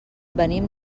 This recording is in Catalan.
venim